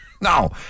No